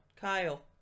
Kyle